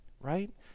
right